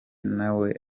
nawe